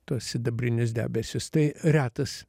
tuos sidabrinius debesis tai retas